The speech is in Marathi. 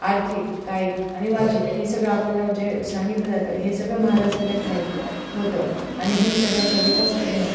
आर्थिक कायिक आणि वाचिक हे सगळं आपल्याला जे सांगितलं जातं हे सगळं महाराजांच्या ठायी होतं आणि हे सगळ्यांचा विकास करणं